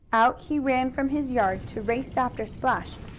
out he ran from his yard to race after splash,